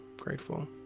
grateful